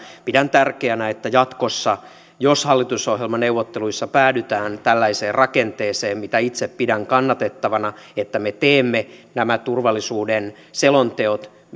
pidän tärkeänä että jatkossa jos hallitusohjelmaneuvotteluissa päädytään tällaiseen rakenteeseen mitä itse pidän kannatettavana että me teemme nämä turvallisuuden selonteot